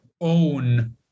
Own